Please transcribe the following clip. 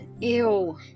Ew